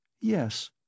Yes